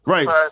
Right